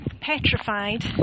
petrified